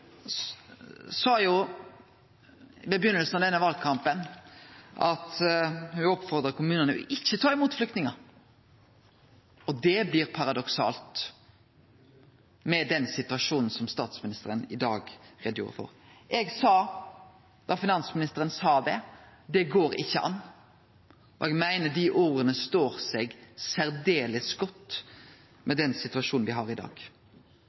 jo i byrjinga av denne valkampen kommunane til ikkje å ta imot flyktningar. Det blir paradoksalt med den situasjonen som statsministeren i dag gjorde greie for. Eg sa, da finansministeren sa det, at det går ikkje an, og eg meiner dei orda står seg særdeles godt med den situasjonen me har i dag.